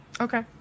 Okay